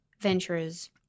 Venturers